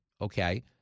Okay